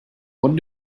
what